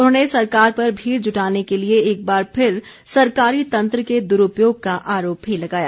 उन्होंने सरकार पर भीड़ जुटाने के लिए एक बार फिर सरकारी तंत्र के दुरूपयोग का आरोप भी लगाया